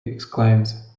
exclaims